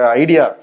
idea